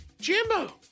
Jimbo